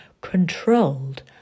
controlled